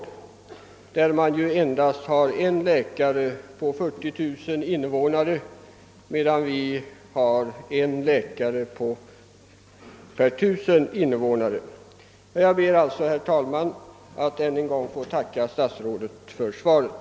I Tanzania finns det endast en läkare på 40 000 invånare, under det att det i Sverige finns en läkare per 1000 invånare. Jag ber alltså, herr talman, att ännu en gång få tacka herr statsrådet för svaret.